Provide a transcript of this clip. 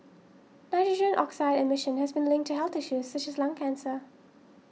nitrogen oxide emission has been linked to health issues such as lung cancer